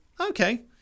okay